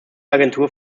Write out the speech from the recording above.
agentur